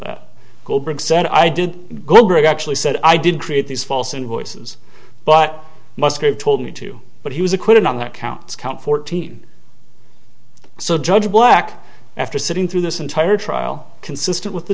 said i did go great i actually said i did create these false invoices but musgrave told me too but he was acquitted on that counts count fourteen so judge black after sitting through this entire trial consistent with the